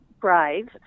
brave